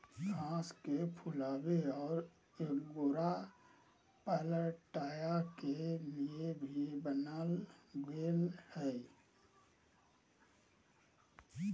घास के फुलावे और एगोरा पलटय के लिए भी बनाल गेल हइ